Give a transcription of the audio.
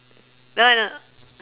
oh I know